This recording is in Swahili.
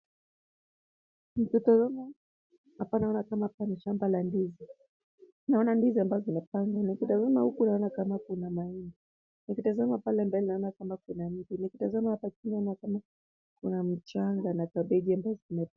Hapa naona kama ni shamba la ndizi. Naona ndizi ambazo zinepangwa. Nikitazama hapa naona kama kuna miti. Nikitazama hapa chini nalna mchanga na kabeji ambazo zimepandwa.